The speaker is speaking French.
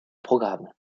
programme